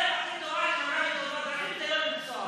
הדרך הכי טובה להימנע מתאונות דרכים היא לא לנסוע.